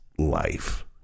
life